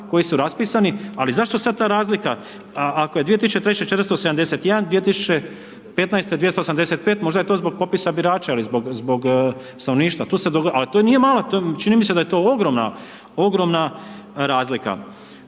koji su raspisani, ali zašto sad ta razlika, ako je 2003. 471, 2015. 285, možda je to zbog popisa birača ili zbog stanovništva, tu se dogodilo, ali to nije mala, čini mi se da to ogromna, ogromna razlika.